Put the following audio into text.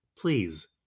Please